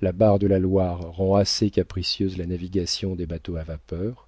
la barre de la loire rend assez capricieuse la navigation des bateaux à vapeur